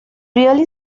really